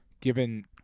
given